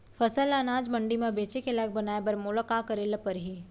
फसल ल अनाज मंडी म बेचे के लायक बनाय बर मोला का करे ल परही?